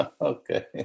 Okay